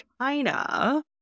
China